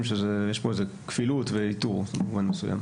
שיש פה איזה כפילות וייתור במובן מסוים.